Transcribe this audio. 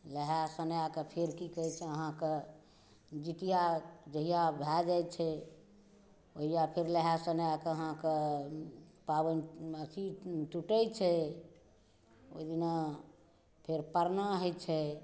लहाइ सोनाइके फेर कि कहै छै अहाँके जितिआ जहिआ भऽ जाइ छै ओहिआ फेर लहाइ सोनाइके अहाँके पाबनि अथी टुटै छै ओहिदिना फेर परना होइछै